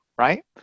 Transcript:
right